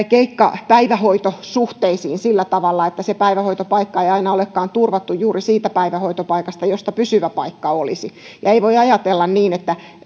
keikkapäivähoitosuhteisiin sillä tavalla että se päivähoitopaikka ei aina olekaan turvattu juuri siitä päivähoitopaikasta josta pysyvä paikka olisi ei voi ajatella niin että